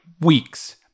weeks